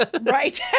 Right